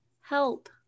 help